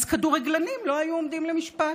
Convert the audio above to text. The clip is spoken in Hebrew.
אז כדורגלנים לא היו עומדים למשפט,